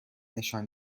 نشان